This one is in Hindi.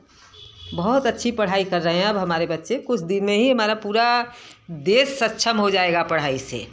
बहुत अच्छी पढ़ाई कर रहे हैं अब हमारे बच्चे कुछ दिन में ही हमारा पूरा देश सक्षम हो जाएगा पढ़ाई से